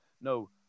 no